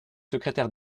secrétaire